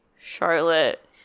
Charlotte